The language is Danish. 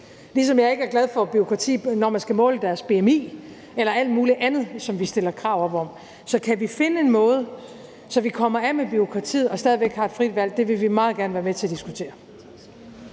ligesom jeg ikke er glad for bureaukrati, når man skal måle deres bmi eller alt muligt andet, som vi stiller krav om. Så kan vi finde en måde, så vi kommer af med bureaukratiet og stadig væk har et frit valg, vil vi meget gerne være med til at diskutere